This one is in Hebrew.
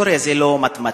היסטוריה זה לא מתמטיקה.